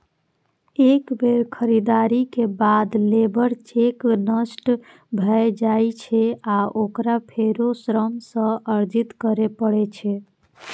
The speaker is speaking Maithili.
एक बेर खरीदारी के बाद लेबर चेक नष्ट भए जाइ छै आ ओकरा फेरो श्रम सँ अर्जित करै पड़ै छै